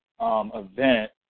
event